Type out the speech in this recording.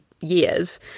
years